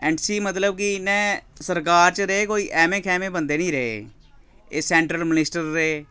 N सी मतलब कि इन्नै सरकार च रेह् कोई ऐह्में खैह्मे बंदे निं रेह् एह् सैंट्रल मिनिस्टर रेह्